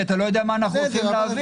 כי אתה לא יודע מה אנחנו הולכים להביא.